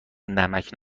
نمکـ